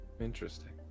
Interesting